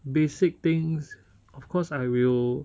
basic things of course I will